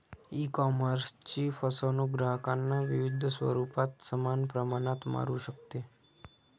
ईकॉमर्सची फसवणूक ग्राहकांना विविध स्वरूपात समान प्रमाणात मारू शकते